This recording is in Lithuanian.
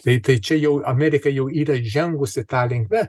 jei tai čia jau amerika jau yra įžengus į tą linkme